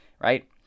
right